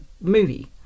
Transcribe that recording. movie